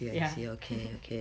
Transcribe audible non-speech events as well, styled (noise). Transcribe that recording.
ya (laughs)